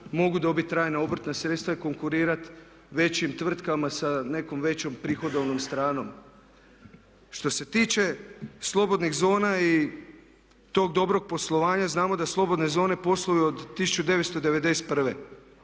mogu dobiti trajna obrtna sredstva i konkurirati većim tvrtkama sa nekom većom prihodovnom stranom. Što se tiče slobodnih zona i tog dobrog poslovanja znamo da slobodne zone posluju od 1991.